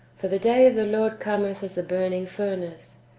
for the day of the lord cometh as a burning furnace,